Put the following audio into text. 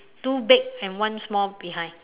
two big and one small behind